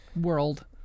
world